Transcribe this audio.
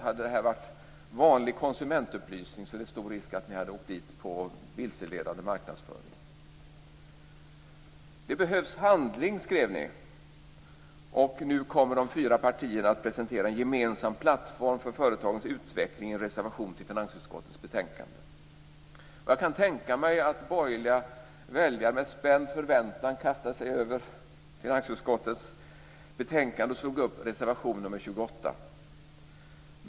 Hade det varit vanlig konsumentupplysning, hade det varit stor risk för att ni hade åkt dit för vilseledande marknadsföring. Det behövs handling, skrev ni, och därför kommer de fyra partierna att presentera en gemensam plattform för företagens utveckling i en reservation till finansutskottets betänkande. Jag kan tänka mig att borgerliga väljare med spänd förväntan kastade sig över finansutskottets betänkande och slog upp reservation 28.